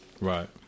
right